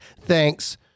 thanks